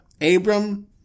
Abram